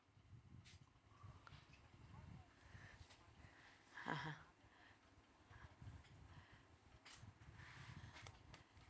(uh huh)